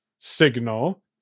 Signal